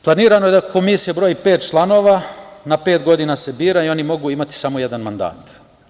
Planirano je da komisija broji pet članova, na pet godina se bira i oni mogu imati samo jedan mandat.